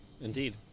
Indeed